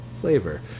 flavor